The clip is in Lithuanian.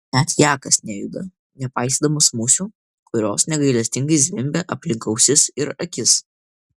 net jakas nejuda nepaisydamas musių kurios negailestingai zvimbia aplink ausis ir akis